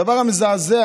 הדבר המזעזע